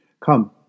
Come